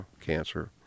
cancer